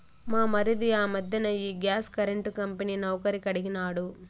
మా మరిది ఆ మధ్దెన ఈ గ్యాస్ కరెంటు కంపెనీ నౌకరీ కడిగినాడు